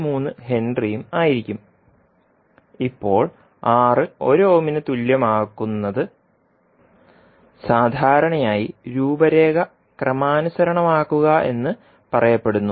3 ഹെൻറിയും ആയിരിക്കും ഇപ്പോൾ R 1 ഓമിന് തുല്യമാക്കുന്നത് സാധാരണയായി രൂപരേഖ ക്രമാനുസരണമാക്കുക എന്ന് പറയപ്പെടുന്നു